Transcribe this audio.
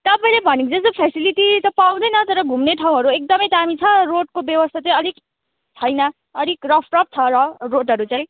मैले भनेको जस्तो फ्यासिलिटी त पाउँदैन तर घुम्ने ठाउँहरू एकदमै दामी छ रोडको व्यवस्था चाहिँ अलिक छैन अलिक रफ रफ छ रोडहरू चाहिँ